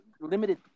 limited